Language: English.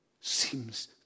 seems